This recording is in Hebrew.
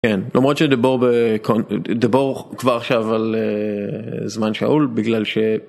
כן, למרות שדיבור בקונ... דיבור כבר עכשיו על זמן שאול, בגלל ש...